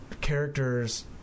characters